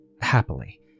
happily